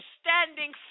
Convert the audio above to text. standing